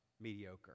mediocre